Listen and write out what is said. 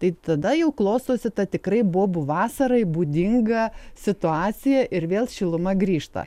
tai tada jau klostosi ta tikrai bobų vasarai būdinga situacija ir vėl šiluma grįžta